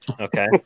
Okay